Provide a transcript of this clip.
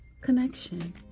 connection